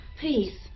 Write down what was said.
please